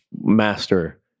master